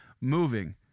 moving